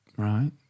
Right